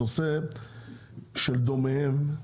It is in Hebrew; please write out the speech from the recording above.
הנושא של דומיהם,